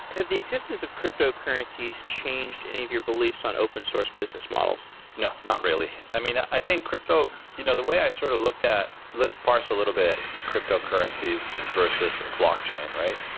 have the existence of cryptocurrencies changed any of your beliefs on open source business models? no, not really. i mean, i think crypto you know the way i sort of looked at let's parse a little bit cryptocurrencies versus a blockchain, right?